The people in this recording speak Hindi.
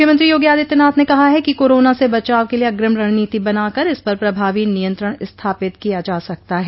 मुख्यमंत्री योगी आदित्यनाथ ने कहा है कि कोरोना से बचाव के लिए अग्रिम रणनीति बनाकर इस पर प्रभावी नियंत्रण स्थापित किया जा सकता है